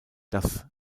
das